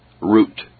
root